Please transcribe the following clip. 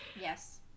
Yes